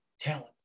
talent